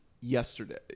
yesterday